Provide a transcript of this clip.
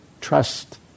trust